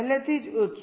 પહેલેથી જ ઉચ્ચ